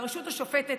והרשות השופטת,